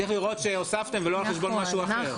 צריך לראות שהוספתם ולא על חשבון משהו אחר.